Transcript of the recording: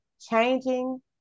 changing